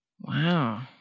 Wow